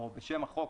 או בשם החוק,